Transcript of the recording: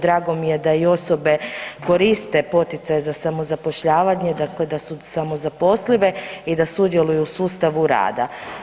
Drago mi je da i osobe koriste poticaj za samozapošljavanje, dakle da su samozaposlive i da sudjeluju u sustavu rada.